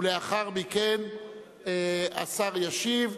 ולאחר מכן השר ישיב,